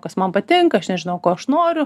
kas man patinka aš nežinau ko aš noriu